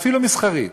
אפילו מסחרית.